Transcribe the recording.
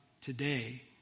today